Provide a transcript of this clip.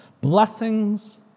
blessings